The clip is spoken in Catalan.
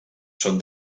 són